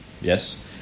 Yes